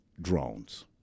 drones